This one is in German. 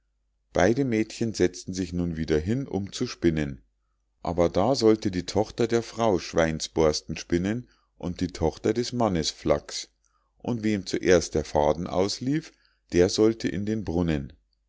beide mädchen setzten sich nun wieder hin um zu spinnen aber da sollte die tochter der frau schweinsborsten spinnen und die tochter des mannes flachs und wem zuerst der faden auslief der sollte in den brunnen